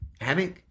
Hammock